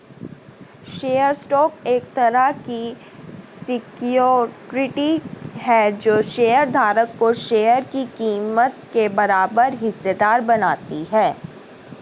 share stock एक तरह की सिक्योरिटी है जो शेयर धारक को शेयर की कीमत के बराबर हिस्सेदार बनाती है